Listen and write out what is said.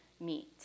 meet